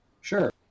Sure